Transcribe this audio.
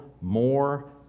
more